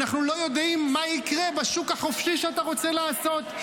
אנחנו לא יודעים מה יקרה בשוק החופשי שאתה רוצה לעשות.